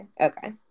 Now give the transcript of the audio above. Okay